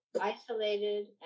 isolated